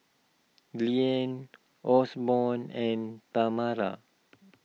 Liane Osborn and Tamara